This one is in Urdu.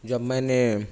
جب میں نے